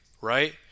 right